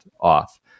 off